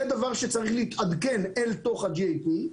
זה דבר שצריך להתעדכן אל תוך ה-GAP,